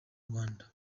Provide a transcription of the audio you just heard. rwanda